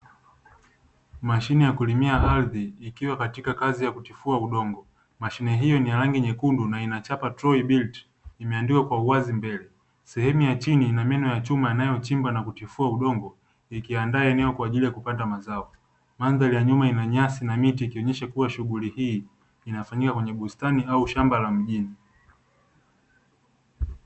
Mashine ya kulimia ardhi ikiwa katika kazi ya kutifua udongo. Mashine hiyo ni ya rangi nyekundu na inachapa “Troy bit” imeandikwa kwa uwazi mbele. Sehemu ya chini ina meno ya chuma inayo chimba na kutifua udongo, ikiandaa eneo kwa ajili ya kupanda mazao. Mandhari ya nyuma inyasi na miti ikionyesha kuwa shughuli hii inafanyika kwenye bustani au shamba la mjini.